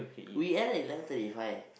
we end at eleven thirty five eh